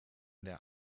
their